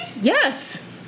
Yes